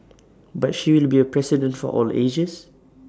but she will be A president for all the ages